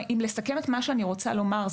אם לסכם את מה שאני רוצה לומר,